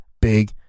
big